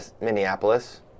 Minneapolis